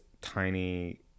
tiny